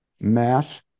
mass